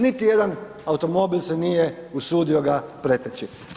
Niti jedan automobil se nije usudio ga preteći.